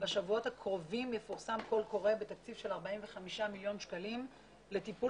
בשבועות הקרובים יפורסם קול קורא בתקציב של 45 מיליון שקלים לטיפול